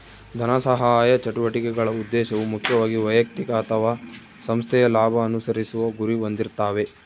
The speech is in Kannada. ಧನಸಹಾಯ ಚಟುವಟಿಕೆಗಳ ಉದ್ದೇಶವು ಮುಖ್ಯವಾಗಿ ವೈಯಕ್ತಿಕ ಅಥವಾ ಸಂಸ್ಥೆಯ ಲಾಭ ಅನುಸರಿಸುವ ಗುರಿ ಹೊಂದಿರ್ತಾವೆ